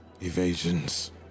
Evasions